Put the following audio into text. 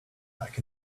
back